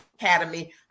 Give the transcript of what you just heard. academy